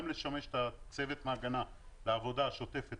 גם לשמש את צוות המעגנה לעבודה השוטפת